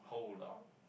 hold on